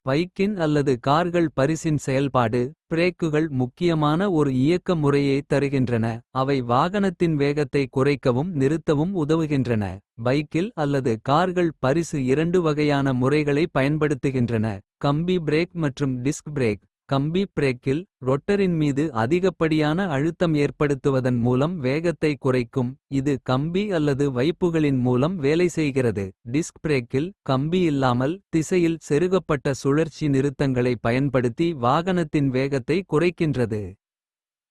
பைக்கின் அல்லது கார்கள் பரிசின் செயல்பாடு. பிரேக்குகள் முக்கியமான ஒரு இயக்க முறையைத் தருகின்றன. அவை வாகனத்தின் வேகத்தை குறைக்கவும் நிறுத்தவும். உதவுகின்றன பைக்கில் அல்லது கார்கள் பரிசு இரண்டு. வகையான முறைகளை பயன்படுத்துகின்றன. கம்பி பிரேக் மற்றும் டிஸ்க் பிரேக் கம்பி பிரேக்கில். ரொட்டரின் மீது அதிகப்படியான அழுத்தம் ஏற்படுத்துவதன். மூலம் வேகத்தை குறைக்கும் இது கம்பி அல்லது வைப்புகளின். மூலம் வேலை செய்கிறது டிஸ்க் பிரேக்கில் கம்பி இல்லாமல். திசையில் செருகப்பட்ட சுழற்சி நிறுத்தங்களை பயன்படுத்தி. வாகனத்தின் வேகத்தை குறைக்கின்றது.